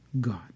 God